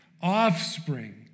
offspring